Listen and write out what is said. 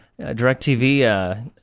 DirecTV